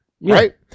right